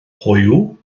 hoyw